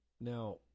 now